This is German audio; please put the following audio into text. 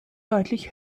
deutlich